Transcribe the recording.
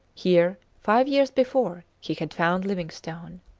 here five years before he had found livingstone.